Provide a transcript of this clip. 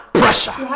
pressure